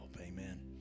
amen